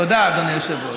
תודה, אדוני היושב-ראש.